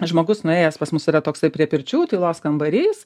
žmogus nuėjęs pas mus yra toksai prie pirčių tylos kambarys